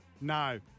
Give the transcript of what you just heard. No